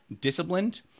disciplined